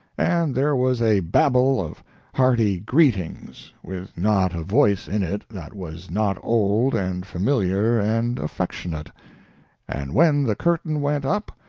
and there was a babble of hearty greetings, with not a voice in it that was not old and familiar and affectionate and when the curtain went up,